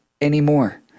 anymore